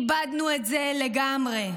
איבדנו את זה לגמרי.